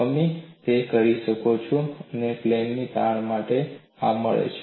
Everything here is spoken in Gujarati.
અમે તે કરી શકીએ છીએ અને તમને પ્લેન તાણ માટે આ મળે છે